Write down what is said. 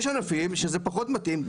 יש ענפים שזה פחות מתאים,